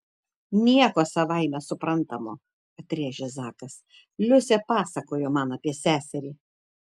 nieko savaime suprantamo atrėžė zakas liusė pasakojo man apie seserį